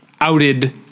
outed